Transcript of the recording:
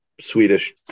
Swedish